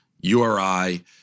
uri